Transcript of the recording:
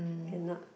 cannot